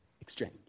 exchange